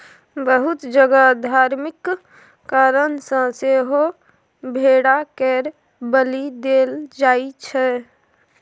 बहुत जगह धार्मिक कारण सँ सेहो भेड़ा केर बलि देल जाइ छै